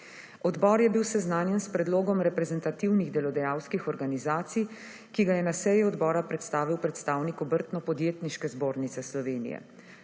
Odbor je bil seznanjen s predlogom reprezentativnih delodajalskih organizacij, ki ga je na seji Odbora predstavil predstavnik Obrtno-podjetniške zbornice Slovenije.